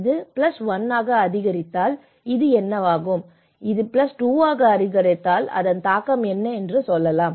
இது 1 ஆக அதிகரித்தால் இது என்னவாகும் அது 2 ஆக அதிகரித்தால் அதன் தாக்கம் என்ன என்று சொல்லலாம்